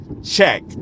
check